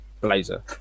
blazer